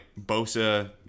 Bosa